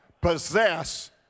Possess